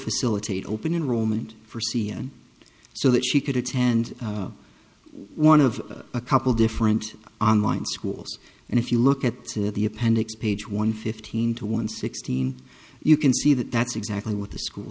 facilitate open enrollment for sian so that she could attend one of a couple different online schools and if you look at the appendix page one fifteen to one sixteen you can see that that's exactly what the school